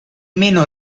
meno